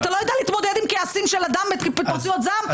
אתה לא יודע להתמודד עם כעסים של אדם בהתפרצויות זעם,